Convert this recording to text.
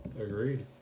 Agreed